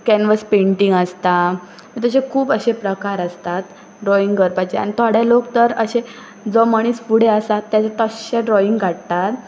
canvas painting आसता तशे खूब अशे प्रकार आसतात ड्रॉइंग करपाचे आनी थोडे लोक तर अशे जो मनीस फुडें आसा ताचें तश्शें ड्रॉइंग काडटात